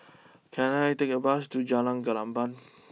can I take a bus to Jalan Gelenggang